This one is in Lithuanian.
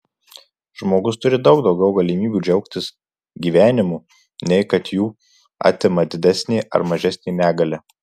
žmogus turi daug daugiau galimybių džiaugtis gyvenimu nei kad jų atima didesnė ar mažesnė negalia